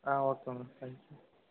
ah okay ma'am thank you